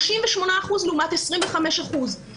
38 אחוזים לעומת 25 אחוזים.